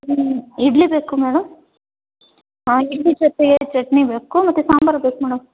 ಹ್ಞೂ ಇಡ್ಲಿ ಬೇಕು ಮೇಡಮ್ ಹಾಂ ಇಡ್ಲಿ ಜೊತೆಗೆ ಚಟ್ನಿ ಬೇಕು ಮತ್ತು ಸಾಂಬಾರು ಬೇಕು ಮೇಡಮ್